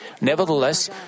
Nevertheless